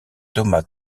thomas